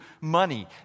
money